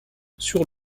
sur